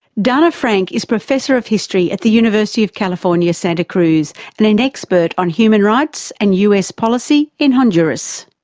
dana frank is professor of history at the university of california, santa cruz, and an expert on human rights and us policy in honduras.